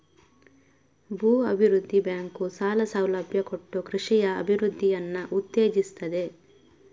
ಭೂ ಅಭಿವೃದ್ಧಿ ಬ್ಯಾಂಕು ಸಾಲ ಸೌಲಭ್ಯ ಕೊಟ್ಟು ಕೃಷಿಯ ಅಭಿವೃದ್ಧಿಯನ್ನ ಉತ್ತೇಜಿಸ್ತದೆ